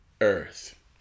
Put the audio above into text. earth